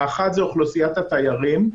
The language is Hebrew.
האחת זו אוכלוסיית התיירים,